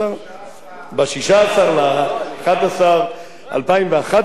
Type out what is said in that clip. ב-16 בנובמבר 2011 אני הבאתי הצעת חוק,